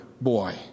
boy